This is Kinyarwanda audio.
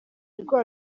rwa